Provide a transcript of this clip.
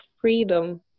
freedom